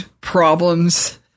problems